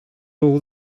all